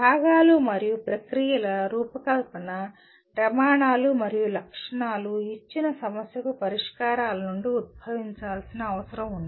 భాగాలు మరియు ప్రక్రియల రూపకల్పన ప్రమాణాలు మరియు లక్షణాలు ఇచ్చిన సమస్యకు పరిష్కారాల నుండి ఉద్భవించాల్సిన అవసరం ఉంది